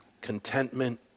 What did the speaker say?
contentment